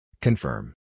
Confirm